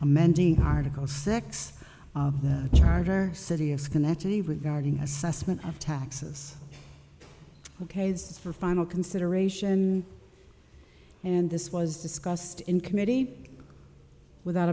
amending article six of the charter city of schenectady regarding assessment of taxes ok's for final consideration and this was discussed in committee without